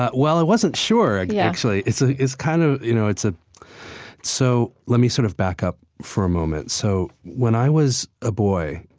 ah well, i wasn't sure yeah actually. it's ah kind of, you know, it's, ah so let me sort of back up for a moment. so when i was a boy,